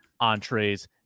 entrees